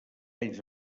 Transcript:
anys